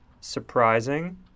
surprising